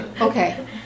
Okay